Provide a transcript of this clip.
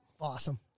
Awesome